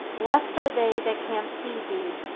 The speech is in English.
blessed are they that can see thee,